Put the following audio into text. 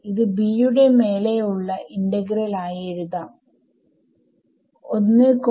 ഇത് b യുടെ മേലെ ഉള്ള ഇന്റഗ്രൽ ആയി എഴുതും10